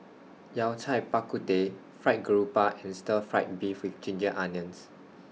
Yao Cai Bak Kut Teh Fried Garoupa and Stir Fried Beef with Ginger Onions